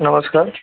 नमस्कार